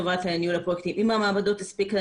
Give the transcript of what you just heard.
חברת ניהול הפרויקטים עם המעבדים הספיקה